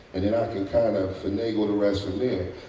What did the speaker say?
and then i could kind of finagle the rest from there.